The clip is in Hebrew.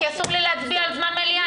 כי אסור לי להצביע על זמן מליאה.